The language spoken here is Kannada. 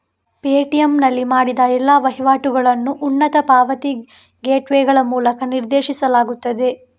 ಪೇಟಿಎಮ್ ನಲ್ಲಿ ಮಾಡಿದ ಎಲ್ಲಾ ವಹಿವಾಟುಗಳನ್ನು ಉನ್ನತ ಪಾವತಿ ಗೇಟ್ವೇಗಳ ಮೂಲಕ ನಿರ್ದೇಶಿಸಲಾಗುತ್ತದೆ